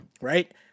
Right